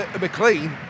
McLean